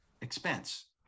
expense